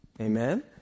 Amen